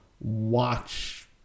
watch